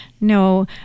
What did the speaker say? no